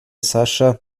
sascha